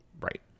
Right